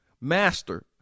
Master